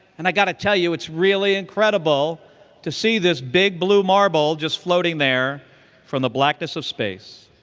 and i've got to tell you it's really incredible to see this big, blue marble just floating there from the blackness of space.